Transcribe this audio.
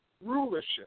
rulership